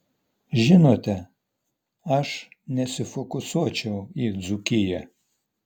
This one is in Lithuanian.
žinote aš nesifokusuočiau į dzūkiją